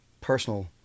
personal